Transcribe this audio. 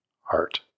heart